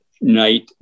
night